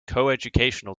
coeducational